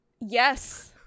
yes